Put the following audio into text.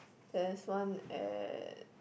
there's one at